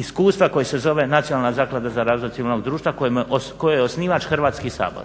iskustva koje se zove Nacionalna zaklada za razvoj civilnoga društva kojoj je osnivač Hrvatski sabor.